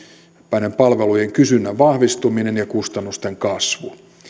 näiden palvelujen kysynnän vahvistuminen ja kustannusten kasvu